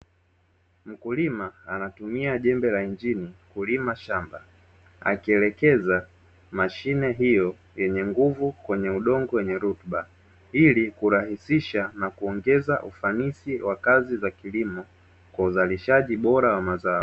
Mkulima anatumia jembe la injini kulima shamba, akielekeza mashine hiyo yenye nguvu kwenye udongo wenye rutuba ili kurahisisha na kuongeza ufanisi wa kazi za kilimo kwa uzalishaji bora wa mazao.